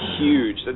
huge